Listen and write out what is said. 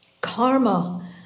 karma